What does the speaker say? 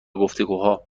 گفتگوها